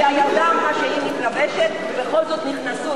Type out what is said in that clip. הילדה אמרה שהיא מתלבשת ובכל זאת נכנסו,